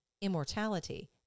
immortality